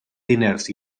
diners